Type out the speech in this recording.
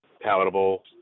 palatable